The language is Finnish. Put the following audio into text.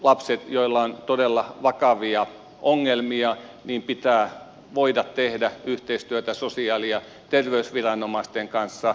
kun lapsilla on todella vakavia ongelmia pitää voida tehdä yhteistyötä sosiaali ja terveysviranomaisten kanssa